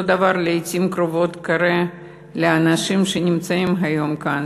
אותו דבר קורה לעתים קרובות לאנשים שנמצאים היום כאן,